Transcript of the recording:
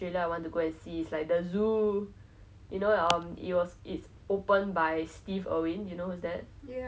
err if you want to go and visit australia it's very worth to just drive around to the to the different parts